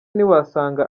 ntiwasanga